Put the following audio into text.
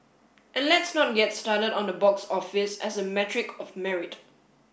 and let's not get started on the box office as a metric of merit